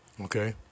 Okay